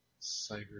Cyber